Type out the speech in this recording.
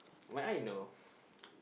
my eye know